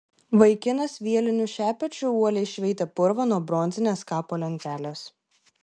vaikinas vieliniu šepečiu uoliai šveitė purvą nuo bronzinės kapo lentelės